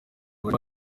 bari